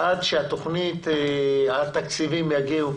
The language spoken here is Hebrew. עד שהתקציבים יגיעו